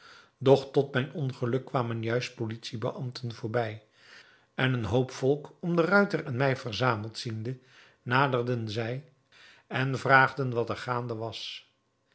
doch tot mijn ongeluk kwamen juist politie beambten voorbij en een hoop volk om den ruiter en mij verzameld ziende naderden zij en vraagden wat er gaande was